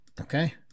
okay